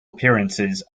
appearances